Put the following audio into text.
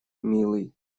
милый